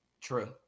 True